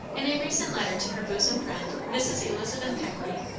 in a recent letter to her bosom friend, mrs. elizabeth keckley,